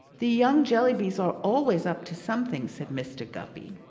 the young jellybys are always up to something, said mr. guppy.